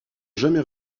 jamais